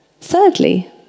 Thirdly